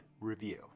review